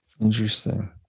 Interesting